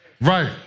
Right